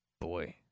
Boy